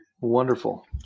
Wonderful